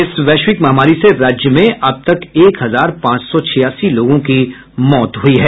इस वैश्विक महामारी से राज्य में अब तक एक हजार पांच सौ छियासी लोगों की मौत हुई है